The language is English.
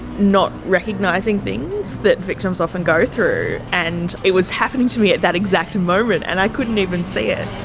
not recognising things that victims often go through. and it was happening to me at that exact moment and i couldn't even see it.